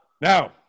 Now